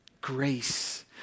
grace